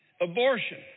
Abortion